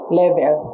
level